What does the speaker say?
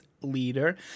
leader